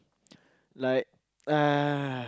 like uh